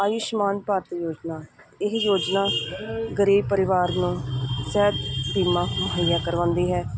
ਆਯੁਸ਼ਮਾਨ ਭਾਰਤ ਯੋਜਨਾ ਇਹ ਯੋਜਨਾ ਗਰੀਬ ਪਰਿਵਾਰ ਨੂੰ ਸਿਹਤ ਬੀਮਾ ਮੁਹੱਈਆ ਕਰਵਾਉਂਦੀ ਹੈ